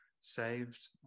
saved